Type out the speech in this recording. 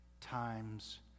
times